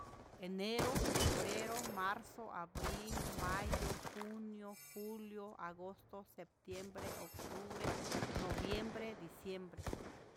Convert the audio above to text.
Enero, febrero, marzo, abril, mayo, junio, julio, agosto, sebtiembre, octubre, noviembre, diciembre.